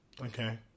Okay